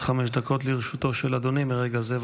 עד חמש דקות לרשותו של אדוני מרגע זה.